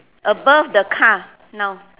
above the car now